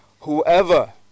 whoever